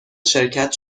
شرکت